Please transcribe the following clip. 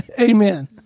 Amen